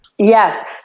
Yes